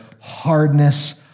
hardness